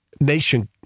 nation